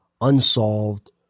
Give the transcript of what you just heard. unsolved